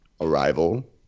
Arrival